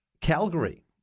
Calgary